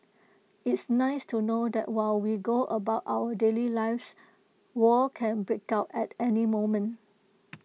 it's nice to know that while we go about our daily lives war can break out at any moment